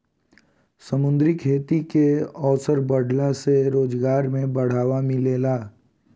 समुंद्री खेती के अवसर बाढ़ला से रोजगार में बढ़ावा मिलेला